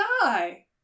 die